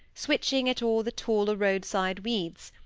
switching at all the taller roadside weeds,